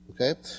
Okay